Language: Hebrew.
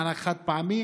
מענק חד-פעמי,